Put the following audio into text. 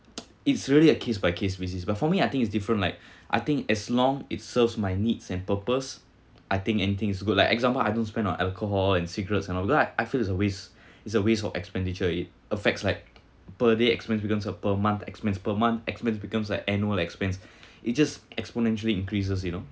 it's really a case by case basis but for me I think it's different like I think as long it serves my needs and purpose I think anything is good lah example I don't spend on alcohol and cigarettes and all because I I feel is a waste is a waste of expenditure it affects like per day expense becomes of per month expense per month expense becomes like annual expense it just exponentially increases you know